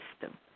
system